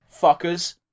Fuckers